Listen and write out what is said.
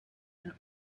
and